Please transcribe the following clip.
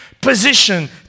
position